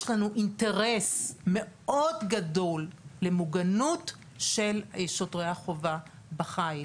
יש לנו אינטרס מאוד גדול למוגנות של שוטרי החובה בחיל.